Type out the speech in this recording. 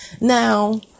Now